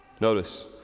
Notice